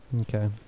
Okay